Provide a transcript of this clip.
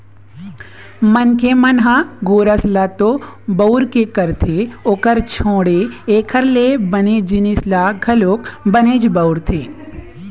मनखे मन ह गोरस ल तो बउरबे करथे ओखर छोड़े एखर ले बने जिनिस ल घलोक बनेच बउरथे